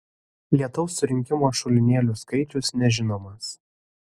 lietaus surinkimo šulinėlių skaičius nežinomas